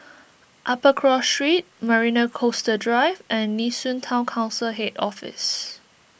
Upper Cross Street Marina Coastal Drive and Nee Soon Town Council Head Office